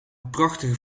prachtige